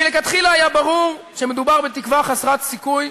מלכתחילה היה ברור שמדובר בתקווה חסרת סיכוי,